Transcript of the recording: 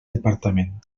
departament